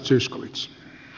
puhemies